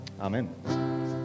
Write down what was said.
Amen